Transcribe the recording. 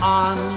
on